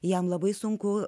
jam labai sunku